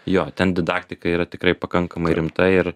jo ten didaktika yra tikrai pakankamai rimta ir